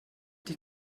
die